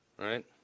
right